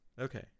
okay